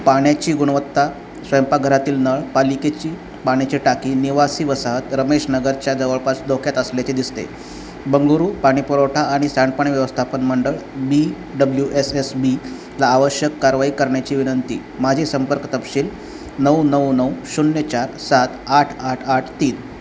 पाण्याची गुणवत्ता स्वयंपाकघरातील नळ पालिकेची पाण्याची टाकी निवासी वसाहत रमेश नगरच्या जवळपास धोक्यात असल्याचे दिसते बंगळुरू पाणीपुरवठा आणि सांडपाणी व्यवस्थापन मंडळ B W S S B ला आवश्यक कारवाई करण्याची विनंती माझे संपर्क तपशील नऊ नऊ नऊ शून्य चार सात आठ आठ आठ तीन